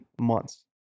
months